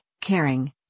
caring